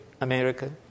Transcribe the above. America